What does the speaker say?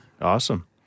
awesome